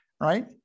right